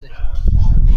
دهید